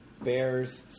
Bears